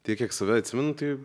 tai kiek save atsimenu tai